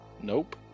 Nope